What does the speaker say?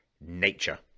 nature